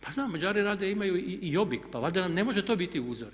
Pa znam, Mađari rade, imaju i … Pa valjda nam ne može to biti uzor?